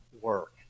work